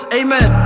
amen